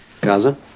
Gaza